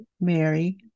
Mary